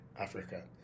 africa